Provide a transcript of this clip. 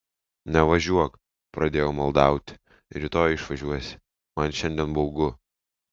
nevažiuok pradėjau maldauti rytoj išvažiuosi man šiandien baugu